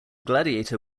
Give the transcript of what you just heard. gladiator